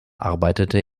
arbeitete